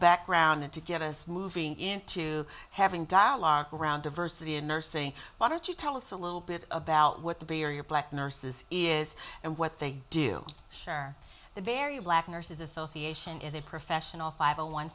background to get us moving into having dialogue around diversity in nursing why don't you tell us a little bit about what the barrier black nurses is and what they do share the very black nurses association is a professional five